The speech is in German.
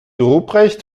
ruprecht